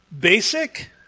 Basic